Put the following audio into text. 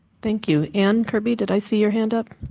thank you. anne kirby, did i see your hand up?